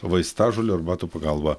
vaistažolių arbatų pagalba